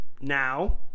now